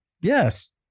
Yes